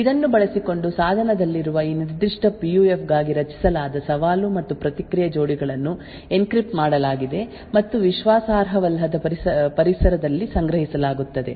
ಇದನ್ನು ಬಳಸಿಕೊಂಡು ಸಾಧನದಲ್ಲಿರುವ ಈ ನಿರ್ದಿಷ್ಟ ಪಿಯುಎಫ್ ಗಾಗಿ ರಚಿಸಲಾದ ಸವಾಲು ಮತ್ತು ಪ್ರತಿಕ್ರಿಯೆ ಜೋಡಿಗಳನ್ನು ಎನ್ಕ್ರಿಪ್ಟ್ ಮಾಡಲಾಗಿದೆ ಮತ್ತು ವಿಶ್ವಾಸಾರ್ಹವಲ್ಲದ ಪರಿಸರದಲ್ಲಿ ಸಂಗ್ರಹಿಸಲಾಗುತ್ತದೆ